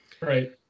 Right